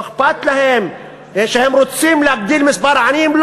לא אכפת להם, הם רוצים להגדיל את מספר העניים?